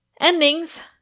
endings